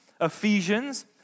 Ephesians